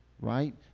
right